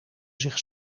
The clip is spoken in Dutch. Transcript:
zich